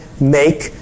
make